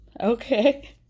okay